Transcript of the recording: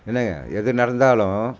என்னங்க எது நடந்தாலும்